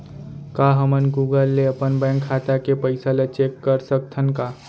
का हमन गूगल ले अपन बैंक खाता के पइसा ला चेक कर सकथन का?